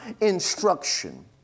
instruction